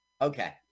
Okay